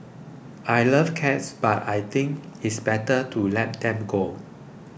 I love cats but I think it's better to let them go